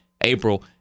April